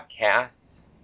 podcasts